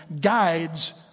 guides